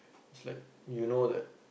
is like you know that